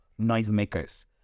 noisemakers